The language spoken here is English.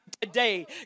today